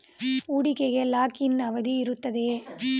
ಹೂಡಿಕೆಗೆ lock in ಅವಧಿ ಇರುತ್ತದೆಯೇ?